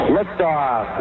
Liftoff